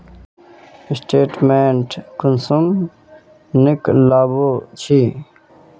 Statement कुंसम निकलाबो छी?